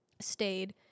stayed